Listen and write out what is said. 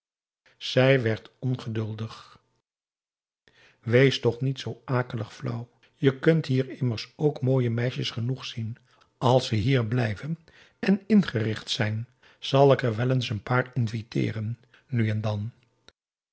zij werd ongeduldig wees toch niet zoo akelig flauw je kunt hier immers ook mooie meisjes genoeg zien als we hier blijven en ingericht zijn zal ik er wel eens n paar inviteeren nu en dan